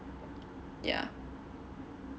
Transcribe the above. yeah